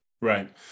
Right